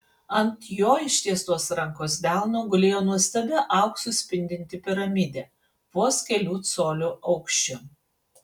ant jo ištiestos rankos delno gulėjo nuostabi auksu spindinti piramidė vos kelių colių aukščio